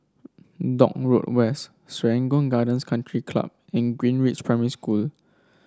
Dock Road West Serangoon Gardens Country Club and Greenridge Primary School